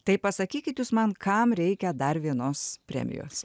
tai pasakykit jūs man kam reikia dar vienos premijos